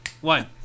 One